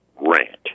rant